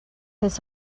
his